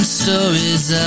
stories